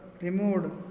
removed